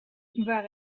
waar